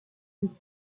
une